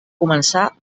començar